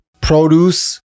produce